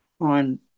on